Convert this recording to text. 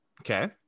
okay